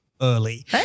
early